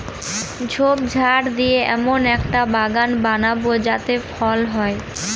ঝোপঝাড় দিয়ে এমন একটা বাগান বানাবো যাতে ফল হয়